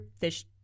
fish